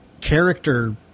character